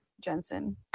Jensen